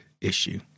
issue